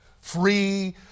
free